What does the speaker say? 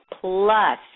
Plus